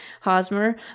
Hosmer